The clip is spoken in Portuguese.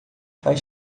faz